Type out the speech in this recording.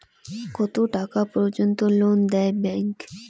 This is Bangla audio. কত টাকা পর্যন্ত লোন দেয় ব্যাংক?